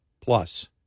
plus